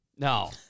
No